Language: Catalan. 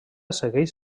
segueix